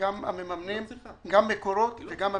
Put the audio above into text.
גם המממנים, גם מקורות, וגם הממשלה.